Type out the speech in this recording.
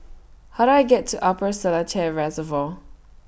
How Do I get to Upper Seletar Reservoir